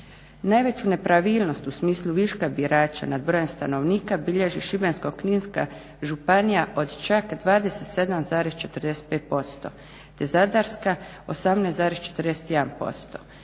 Najveću nepravilnost u smislu viška birača nad brojem stanovnika bilježi Šibensko-kninska županija od čak 27,45% te Zadarska 18,41%.